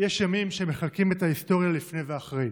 שבהם מחלקים את ההיסטוריה ללפני ואחרי,